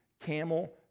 camel